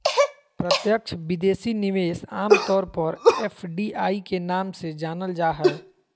प्रत्यक्ष विदेशी निवेश आम तौर पर एफ.डी.आई के नाम से जानल जा हय